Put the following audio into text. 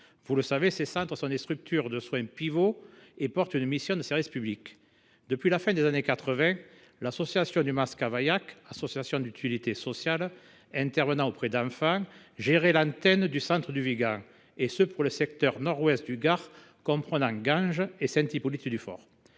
Vous le savez, ces centres sont des structures de soins pivots et assurent une mission de service public. Depuis la fin des années 1980, l’association éducative du Mas Cavaillac, association d’utilité sociale intervenant auprès d’enfants, gérait l’antenne du centre du Vigan, et ce pour le secteur nord ouest du Gard comprenant Ganges et Saint Hippolyte du Fort.